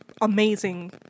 amazing